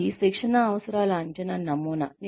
ఇది శిక్షణ అవసరాల అంచనా నమూనా